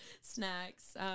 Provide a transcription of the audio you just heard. snacks